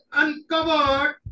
uncovered